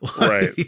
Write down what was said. Right